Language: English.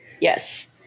Yes